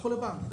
תהפכו לבנק.